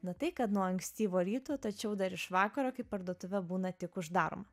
na tai kad nuo ankstyvo ryto tačiau dar iš vakaro kai parduotuve būna tik uždaromą